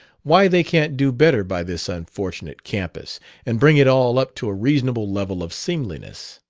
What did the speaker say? why they can't do better by this unfortunate campus and bring it all up to a reasonable level of seemliness.